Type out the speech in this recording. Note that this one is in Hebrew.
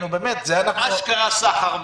אשכרה סחר מכר.